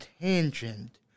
tangent